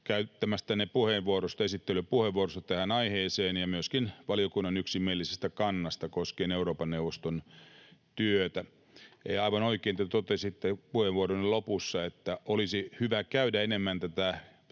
esittelypuheenvuorosta tähän aiheeseen, ja myöskin valiokunnan yksimielisestä kannasta koskien Euroopan neuvoston työtä. Aivan oikein te totesitte puheenvuoronne lopussa, että olisi hyvä käydä enemmän tätä